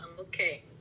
okay